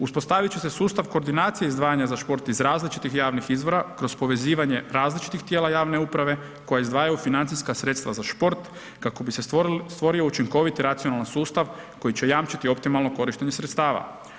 Uspostavit će se sustav koordinacije izdvajanja za šport iz različitih javnih izvora, kroz povezivanje različitih tijela javne uprave, koja izdvajaju financija sredstva za šport, kako bi se stvorio učinkoviti racionalni sustav koji će jamčiti optimalno korištenje sredstava.